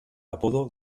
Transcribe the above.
apodo